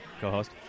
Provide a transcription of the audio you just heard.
co-host